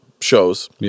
shows